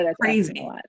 Crazy